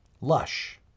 lush